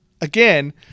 again